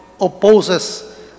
opposes